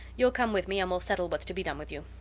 you'll come with me and we'll settle what's to be done with you.